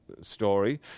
story